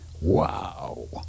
wow